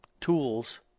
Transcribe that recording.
tools